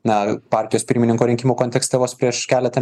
na partijos pirmininko rinkimų kontekste vos prieš keletą